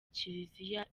kiliziya